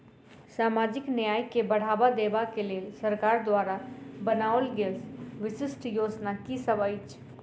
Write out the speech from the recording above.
सामाजिक न्याय केँ बढ़ाबा देबा केँ लेल सरकार द्वारा बनावल गेल विशिष्ट योजना की सब अछि?